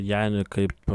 janį kaip